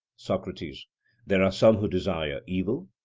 socrates there are some who desire evil?